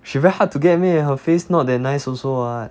she very hard to get meh her face not that nice also [what]